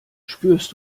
spürst